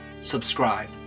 subscribe